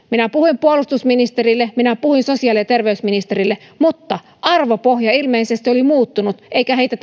minä puhuin puolustusministerille minä puhuin sosiaali ja terveysministerille mutta arvopohja ilmeisesti oli muuttunut eikä heitä